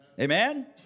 Amen